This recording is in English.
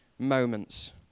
moments